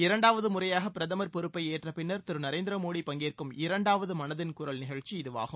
இரண்டாவது முறையாக பிரதமா் பொறுப்பை ஏற்றப்பின்னா் திரு நரேந்திர மோடி பங்கேற்கும் இரண்டாவது மனதின் குரல் நிகழ்ச்சியாகும்